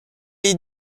est